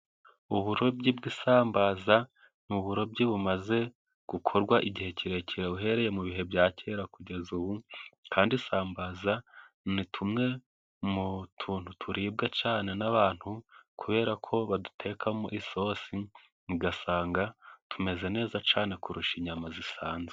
Uburobyi bw'isambaza ni uburobyi bumaze gukorwa igihe kirekire uhereye mu bihe bya kera kugeza ubu kandi isambaza ni tumwe mu tuntu turibwa cyane n'abantu kubera ko badutekamo isosi ugasanga tumeze neza cyane kurusha inyama zisanzwe.